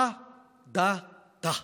הדתה.